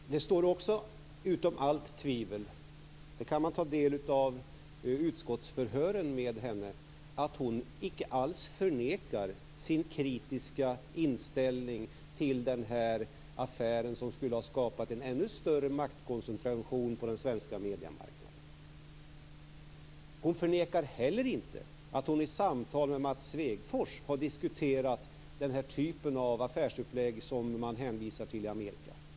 Fru talman! Det står också utom allt tvivel. Man kan i utskottsförhören med henne ta del av att hon inte alls förnekar sin kritiska inställning till denna affär, som skulle ha skapat en ännu större maktkoncentration på den svenska mediemarknaden. Hon förnekar heller inte att hon i samtal med Mats Svegfors har diskuterat den typ av affärsupplägg som man hänvisar till i Amerika.